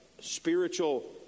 spiritual